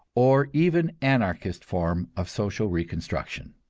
or even anarchist form of social reconstruction.